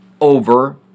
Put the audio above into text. over